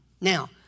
Now